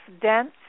dense